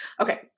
Okay